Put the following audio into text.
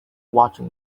watching